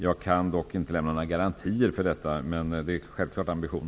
Jag kan dock inte lämna några garantier för detta, men det är min självklara ambition.